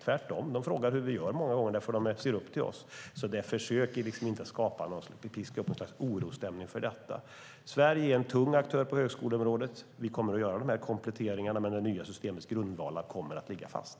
Tvärtom frågar de många gånger hur vi gör eftersom de ser upp till oss. Försök inte piska upp någon orosstämning! Sverige är en tung aktör på högskoleområdet. Vi kommer att göra kompletteringar, men det nya systemets grundvalar kommer att ligga fast.